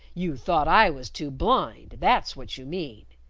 you thought i was too blind that's what you mean.